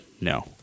No